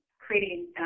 creating